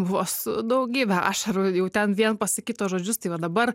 vos daugybę ašarų jau ten vien pasakyt žodžius tai va dabar